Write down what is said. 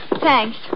Thanks